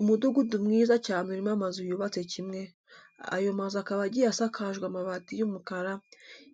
Umudugudu mwiza cyane urimo amazu yubatse kimwe, ayo mazu akaba agiye asakajwe amabati y'umukara,